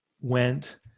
went